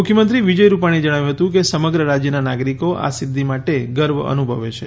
મુખ્યમંત્રી વિજય રૂપાણીએ જણાવ્યું હતુંકે સમગ્ર રાજ્યનાં નાગરીકો આ સિઘ્ઘી માટે ગર્વ અનુભવે છે